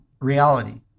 reality